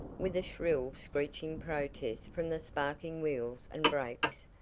with a shrill screeching protest from the sparking wheels and brakes,